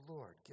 Lord